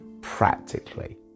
practically